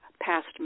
past